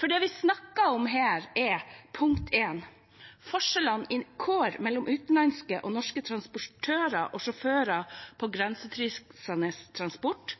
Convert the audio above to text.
for det første forskjellene i kår mellom utenlandske og norske transportører og sjåfører innen grensekryssende transport.